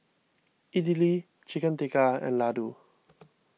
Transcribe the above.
Idili Chicken Tikka and Ladoo